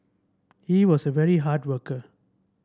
he was a very hard worker